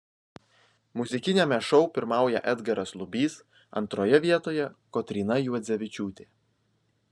muzikiniame šou pirmauja edgaras lubys antroje vietoje kotryna juodzevičiūtė